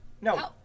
no